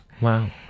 Wow